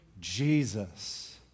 Jesus